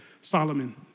Solomon